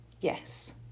yes